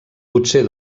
potser